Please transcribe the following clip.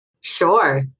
Sure